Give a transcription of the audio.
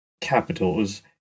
capitals